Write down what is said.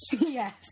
Yes